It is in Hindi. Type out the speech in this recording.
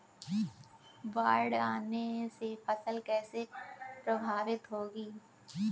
बाढ़ आने से फसल कैसे प्रभावित होगी?